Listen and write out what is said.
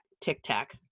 tic-tac